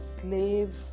slave